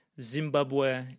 Zimbabwe